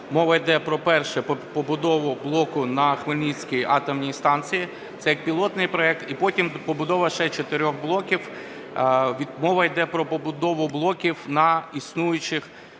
мова йде про, перше – побудову блоку на Хмельницькій атомній станції, це є пілотний проект, і потім побудова ще 4 блоків. Мова йде про побудову блоків на існуючих